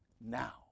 Now